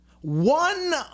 one